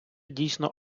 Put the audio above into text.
дійсно